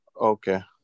Okay